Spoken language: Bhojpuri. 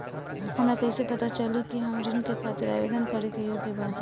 हमरा कइसे पता चली कि हम ऋण के खातिर आवेदन करे के योग्य बानी?